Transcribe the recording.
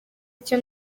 icyo